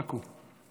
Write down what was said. רק הוא.